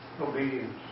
Obedience